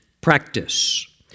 practice